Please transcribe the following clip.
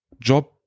job